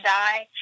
die